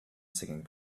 singing